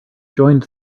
joined